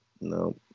no